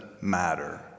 matter